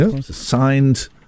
signed